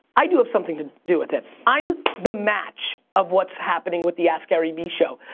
i do have something to do with it. i'm the match of what's happening with the askgaryvee show.